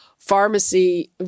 Pharmacy